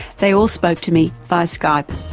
they all spoke to me via skype.